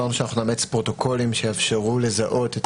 אמרנו שנאמץ פרוטוקולים שיאפשרו לזהות את